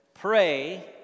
Pray